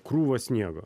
krūvą sniego